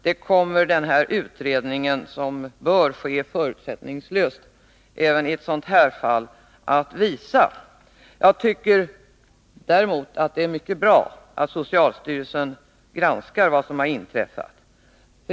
Det kommer utredningen, som bör ske förutsättningslöst även i det här fallet, att visa. Jag tycker däremot det är mycket bra att socialstyrelsen granskar vad som har inträffat.